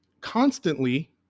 constantly